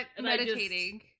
meditating